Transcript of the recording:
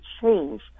change